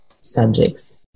subjects